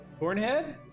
Cornhead